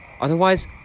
Otherwise